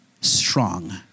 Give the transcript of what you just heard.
strong